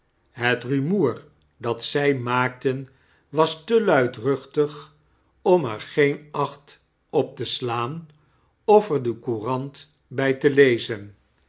het rumoer dat zij maakten was te luidruchtig om er geen acht op te slaan of er de oourant bij te lezen